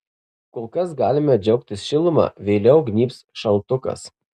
kol kas galime džiaugtis šiluma vėliau gnybs šaltukas